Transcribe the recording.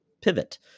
pivot